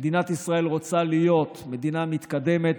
אם מדינת ישראל רוצה להיות מדינה מתקדמת,